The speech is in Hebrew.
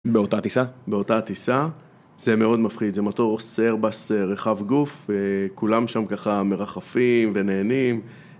באותה הטיסה? באותה הטיסה. זה מאוד מפחיד, זה מטור סייר בס רחב גוף, וכולם שם ככה מרחפים ונהנים.